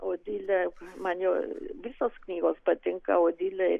odilė man jo visos knygos patinka odilė ir